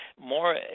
more